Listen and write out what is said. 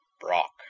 Brock